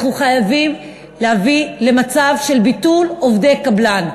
אנחנו חייבים להביא לביטול המצב של עובדי קבלן.